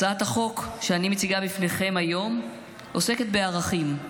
הצעת החוק שאני מציגה בפניכם היום עוסקת בערכים,